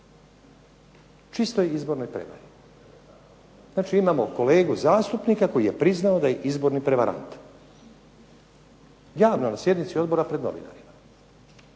Čistoj izbornoj prevari. Znači imamo kolegu zastupnika koji je priznao da je izborni prevarant. Javno, na sjednici odbora pred novinarima.